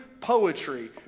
poetry